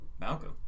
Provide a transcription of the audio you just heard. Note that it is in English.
Malcolm